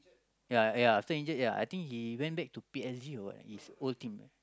ya ya Sanchez I think he went back to P_S_G or what lah his old team ya